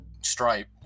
stripe